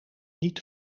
niet